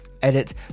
edit